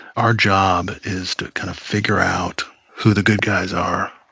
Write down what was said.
our job is to kind of figure out who the good guys are,